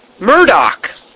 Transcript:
Murdoch